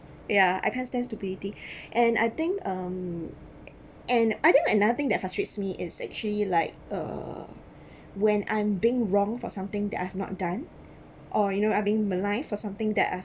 yeah I can't stand stupidity and I think um and I think another thing that frustrates me is actually like uh when I'm being wrong for something that I have not done or you know I've been maligned for something that I've